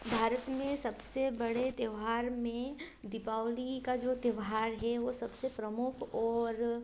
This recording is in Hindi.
भारत में सबसे बड़े त्योहार में दीपावली का जो त्योहार है वो सबसे प्रमुख और